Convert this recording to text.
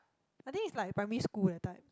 I think is like primary school that type